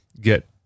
get